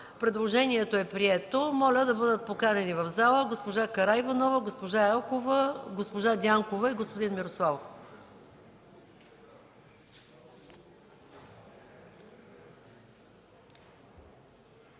Предложението е прието. Моля, да бъдат поканени в залата госпожа Караиванова, госпожа Елкова, госпожа Дянкова и господин Мирославов.